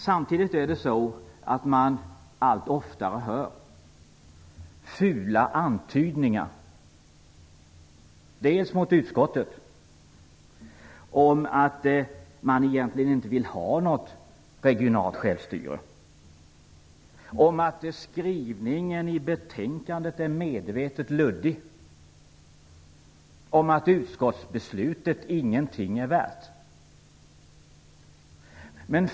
Samtidigt hör man emellertid allt oftare fula antydningar riktade mot utskottet om att man egentligen inte vill ha regionalt självstyre, om att skrivningen i betänkandet medvetet gjorts luddig och om att utskottsbeslutet ingenting är värt.